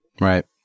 Right